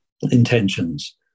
intentions